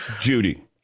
Judy